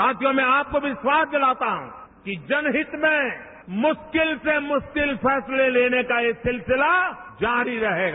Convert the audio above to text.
साथियों मैं आपको विखास दिलाता हूं कि जनहित में मुश्किल से मुश्किल प्रैसले लेने का यह सिलसिला जारी रहेगा